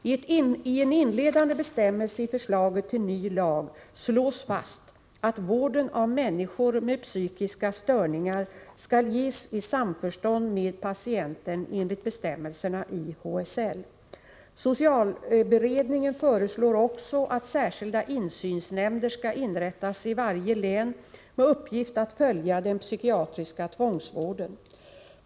I en inledande bestämmelse i förslaget till ny lag slås fast att vården av människor med psykiska störningar skall ges i samförstånd med patienten enligt bestämmelserna i HSL. Socialberedningen föreslår också att särskilda insynsnämnder skall inrättas i varje län med uppgift att följa den psykiatriska tvångsvården.